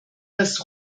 dass